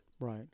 Right